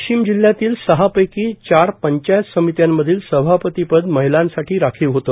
वाशिम जिल्ह्यातील सहा पैकी चार पंचायत समित्यांमधील सभापती पद महिलांसाठी राखीव होते